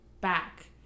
back